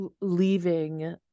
leaving